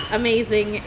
amazing